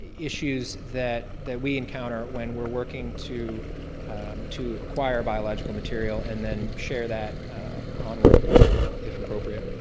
issues that that we encounter when we're working to to acquire biological material and then share that onward if appropriate.